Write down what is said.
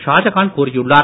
ஷாஜகான் கூறியுள்ளார்